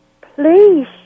please